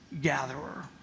gatherer